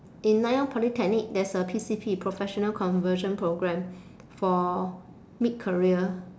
in nanyang polytechnic there's a P_C_P professional conversion programme for mid career